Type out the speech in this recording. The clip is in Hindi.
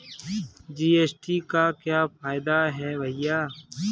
जी.एस.टी का क्या फायदा है भैया?